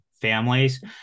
families